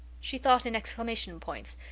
she thought in exclamation points.